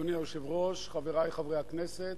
אדוני היושב-ראש, חברי חברי הכנסת